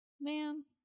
man